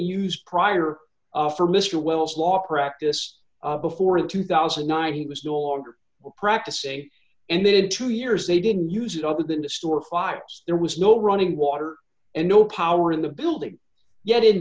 used prior for mr wells law practice before in two thousand and nine he was no longer practicing and they had two years they didn't use it other than to store five there was no running water and no power in the building yet in